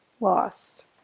lost